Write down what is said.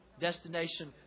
destination